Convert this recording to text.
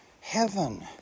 Heaven